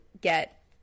get